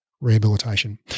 Rehabilitation